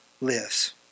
lives